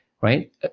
right